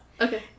Okay